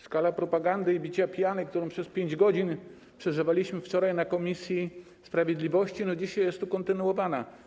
Skala propagandy i bicia piany, które przez 5 godzin przeżywaliśmy wczoraj w komisji sprawiedliwości, dzisiaj jest tu niejako kontynuowana.